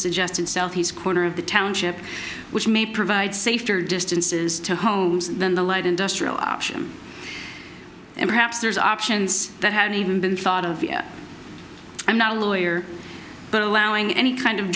suggested southeast corner of the township which may provide safety or distances to homes than the light industrial option and perhaps there's options that haven't even been thought of i'm not a lawyer but allowing any kind of